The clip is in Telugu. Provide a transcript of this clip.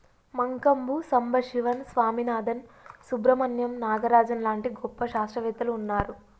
మంకంబు సంబశివన్ స్వామినాధన్, సుబ్రమణ్యం నాగరాజన్ లాంటి గొప్ప శాస్త్రవేత్తలు వున్నారు